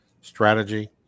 strategy